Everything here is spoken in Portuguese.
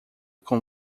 com